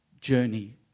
journey